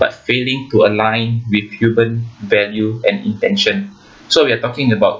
but failing to align with human value and intention so we are talking about